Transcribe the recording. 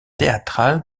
théâtrale